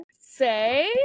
say